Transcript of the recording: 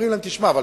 אומרים להם: תשמעו,